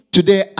Today